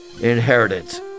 inheritance